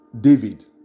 David